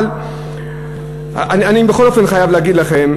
אבל אני בכל אופן חייב להגיד לכם,